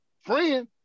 friend